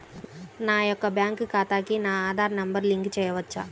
నా యొక్క బ్యాంక్ ఖాతాకి నా ఆధార్ నంబర్ లింక్ చేయవచ్చా?